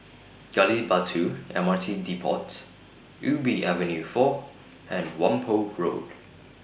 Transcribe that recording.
Gali Batu M R T Depot Ubi Avenue four and Whampoa Road